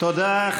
תודה.